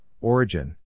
origin